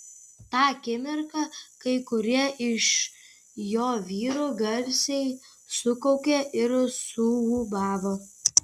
tą akimirką kai kurie iš jo vyrų garsiai sukaukė ir suūbavo